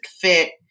fit